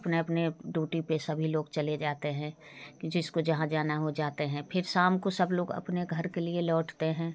अपने अपने ड्यूटी पर सभी लोग चले जाते हैं जिसको जहाँ जाना हो जाते हैं फिर शाम को सब लोग अपने घर के लिए लौटते हैं